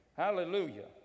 hallelujah